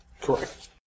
Correct